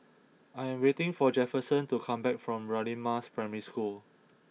I am waiting for Jefferson to come back from Radin Mas Primary School